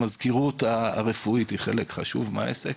המזכירות הרפואית היא חלק חשוב מהעסק.